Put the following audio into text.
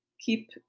keep